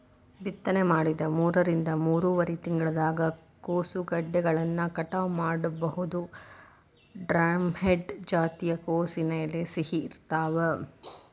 ಬಿತ್ತನೆ ಮಾಡಿದ ಮೂರರಿಂದ ಮೂರುವರರಿ ತಿಂಗಳದಾಗ ಕೋಸುಗೆಡ್ಡೆಗಳನ್ನ ಕಟಾವ ಮಾಡಬೋದು, ಡ್ರಂಹೆಡ್ ಜಾತಿಯ ಕೋಸಿನ ಎಲೆ ಸಿಹಿ ಇರ್ತಾವ